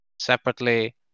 separately